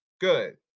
Good